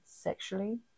sexually